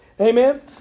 amen